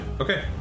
Okay